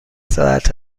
ساعت